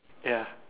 ya